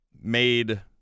made